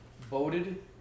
voted